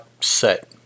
set